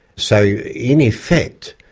so, in effect,